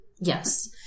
Yes